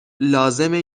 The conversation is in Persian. لازمه